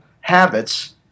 habits